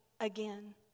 again